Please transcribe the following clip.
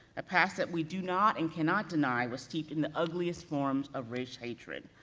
a past that we do not and can not deny, was steeped in the ugliest forms of race hatred,